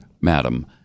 madam